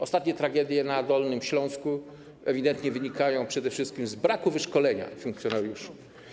Ostatnie tragedie na Dolnym Śląsku ewidentnie wynikają przede wszystkim z braku wyszkolenia funkcjonariuszy.